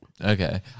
Okay